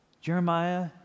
Jeremiah